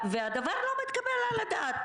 והדבר לא מתקבל על הדעת.